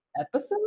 Episode